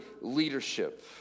leadership